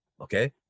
Okay